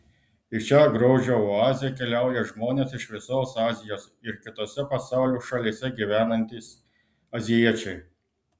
į šią grožio oazę keliauja žmonės iš visos azijos ir kitose pasaulio šalyse gyvenantys azijiečiai